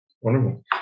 Wonderful